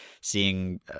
seeing